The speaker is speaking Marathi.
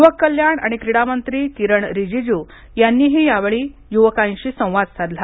युवक कल्याण आणि क्रीडा मंत्री किरण रीजिजू यांनीही यावेळी युवकांशी संवाद साधला